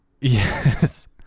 yes